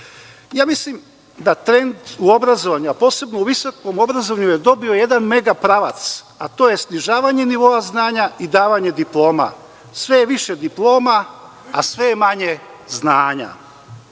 Mislim da trend u obrazovanju, a posebno u visokom obrazovanju je dobio jedan mega pravac, a to je snižavanje nivoa znanja i davanje diploma. Sve je više diploma, a sve je manje